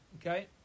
Okay